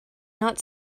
not